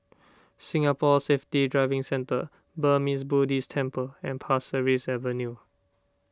Singapore Safety Driving Centre Burmese Buddhist Temple and Pasir Ris Avenue